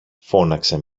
φώναξε